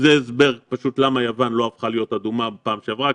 זה הסבר למה יוון לא הפכה לאדומה בפעם שעברה.